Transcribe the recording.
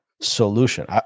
solution